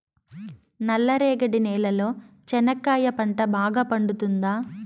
నల్ల రేగడి నేలలో చెనక్కాయ పంట బాగా పండుతుందా?